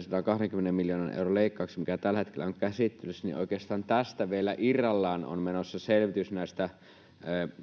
120 miljoonan euron leikkauksesta, mikä tällä hetkellä on käsittelyssä, vielä irrallaan on menossa selvitys